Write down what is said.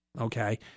Okay